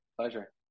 Pleasure